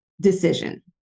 decision